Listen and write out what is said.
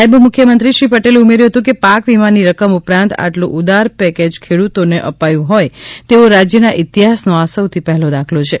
નાયબ મુખ્યમંત્રી શ્રી પટેલે ઉમેર્યું હતું કે પાક વીમા ની રકમ ઉપરાંત આટલું ઉદાર પેકેજ ખેડૂતો ને અપાયું હોય તેવો રાજ્ય ના ઇતિહાસ નો આ સૌથી પહેલો દાખલો છે